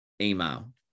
email